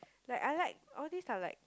like I like all these are like